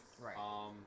Right